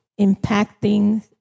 impacting